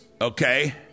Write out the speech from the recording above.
Okay